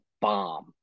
bomb